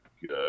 good